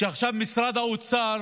שעכשיו משרד האוצר